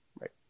Right